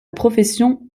profession